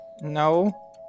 No